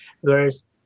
Whereas